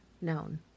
known